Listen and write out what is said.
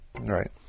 Right